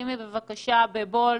שימי את זה, בבקשה, בבולד